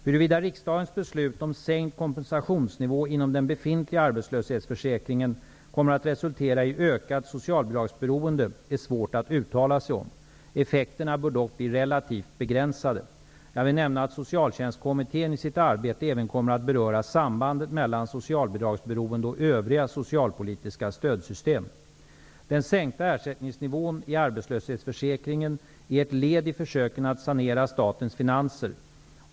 Huruvida riksdagens beslut om sänkt kompensationsnivå inom den befintliga arbetslöshetsförsäkringen kommer att resultera i ökat socialbidragsberoende är svårt att uttala sig om. Effekterna bör dock bli relativt begränsade. Jag vill här nämna att Socialtjänstkommittén i sitt arbete även kommer att beröra sambandet mellan socialbidragsberoende och övriga socialpolitiska stödsystem. Den sänkta ersättningsnivån i arbetslöshetsförsäkringen är ett led i försöken att sanera statens finanser.